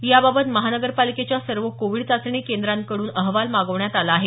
याबाबत महापालिकेच्या सर्व कोविड चाचणी केंद्राकडून अहवाल मागवण्यात आला आहे